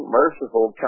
merciful